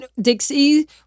dixie